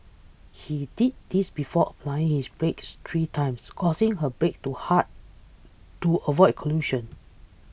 he did this before applying his brakes three times causing her brake to hard to avoid collision